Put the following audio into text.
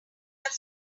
have